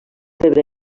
rebre